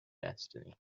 destiny